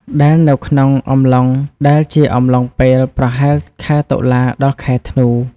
ដែលនៅក្នុងអំឡុង ដែលជាអំឡុងពេលប្រហែល ខែតុលា ដល់ ខែធ្នូ។